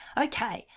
okay.